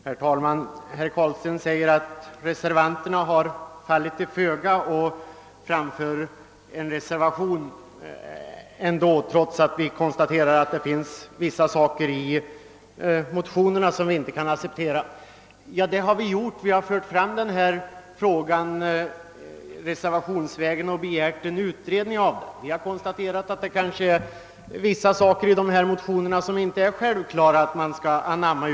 Herr talman! Herr Carlstein säger att reservanterna fallit till föga och begärt en utredning trots att vi konstaterat att vi inte kan acceptera vissa saker i motionerna. Ja, det är riktigt att vi har konstaterat att vissa saker i motionerna inte utan vidare skall anammas.